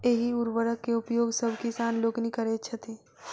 एहि उर्वरक के उपयोग सभ किसान लोकनि करैत छथि